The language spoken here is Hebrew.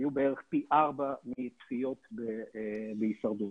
היו בערך פי ארבעה מהצפיות בהישרדות.